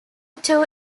two